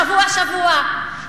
שבוע-שבוע?